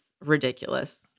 ridiculous